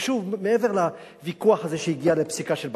שוב, מעבר לוויכוח הזה שהגיע לפסיקה של בג"ץ,